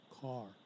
car